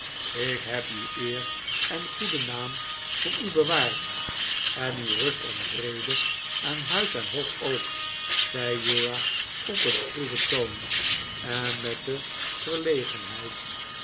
ik heb uw eer en goeden naam voor u bewaard en uw rust en vrede en huis en hof ook zei uriah op een stroeven toon en met de